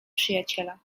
przyjaciela